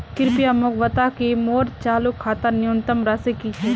कृपया मोक बता कि मोर चालू खातार न्यूनतम राशि की छे